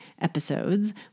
episodes